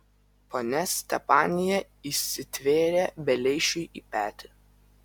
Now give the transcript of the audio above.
ponia stepanija įsitvėrė beleišiui į petį